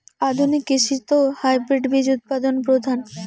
আধুনিক কৃষিত হাইব্রিড বীজ উৎপাদন প্রধান